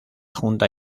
junta